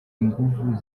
inguvu